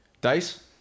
Dice